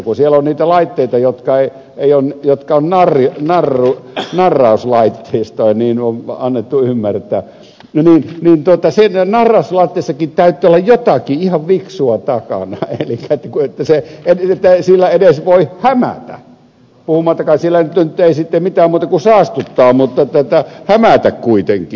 kun siellä on niitä laitteita jotka ovat narrauslaitteistoa niin on annettu ymmärtää niin siinä narrauslaitteessakin täytyy olla jotakin ihan fiksua takana kun sillä voi edes hämätä puhumattakaan ettei se siellä tee mitään muuta kuin saastuttaa mutta hämää kuitenkin